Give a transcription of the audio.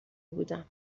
بودم